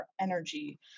energy